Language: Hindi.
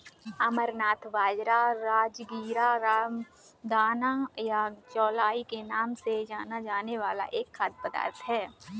अमरनाथ बाजरा, राजगीरा, रामदाना या चौलाई के नाम से जाना जाने वाला एक खाद्य पदार्थ है